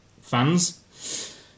fans